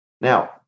Now